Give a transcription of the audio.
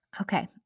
Okay